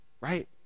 right